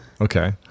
Okay